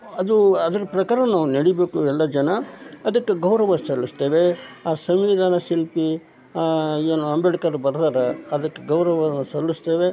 ಅದು ಅದ್ರ ಪ್ರಕಾರ ನಾವು ನಡಿಬೇಕು ಎಲ್ಲ ಜನ ಅದಕ್ಕೆ ಗೌರವ ಸಲ್ಲಿಸ್ತೇವೆ ಆ ಸಂವಿಧಾನ ಶಿಲ್ಪಿ ಏನು ಅಂಬೇಡ್ಕರ್ ಬರೆದಾರ ಅದಕ್ಕೆ ಗೌರವ ಸಲ್ಲಿಸ್ತೇವೆ